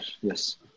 Yes